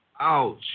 Ouch